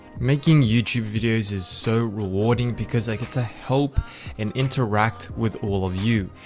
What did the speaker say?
making youtube videos is so rewarding because i get to help and interact with all of you.